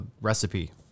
recipe